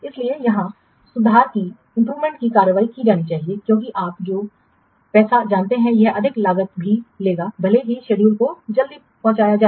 इसलिए यहां सुधारात्मक कार्रवाई की जानी चाहिए क्योंकि आप जो पैसा जानते हैं यह अधिक लागत भी लेगा भले ही शेड्यूल को जल्दी पहुंचाया जाए